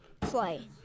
Play